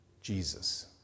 Jesus